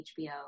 HBO